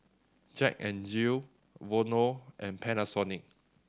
Jack N Jill Vono and Panasonic